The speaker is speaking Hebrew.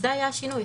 זה היה השינוי.